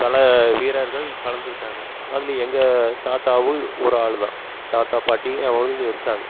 பல வீரர்கள் கலந்துகிட்டாங்க அதில் எங்கள் தாத்தாவும் ஒரு ஆளு தான் தாத்தா பாட்டி அவங்களும் இங்கே இருக்காங்க